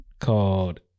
called